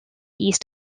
east